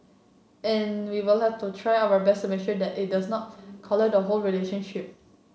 and we will have to try our best to make sure that it does not colour the whole relationship